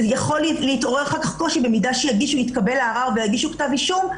יכול להתעורר קושי במידה שיתקבל הערר ויגישו כתב אישום.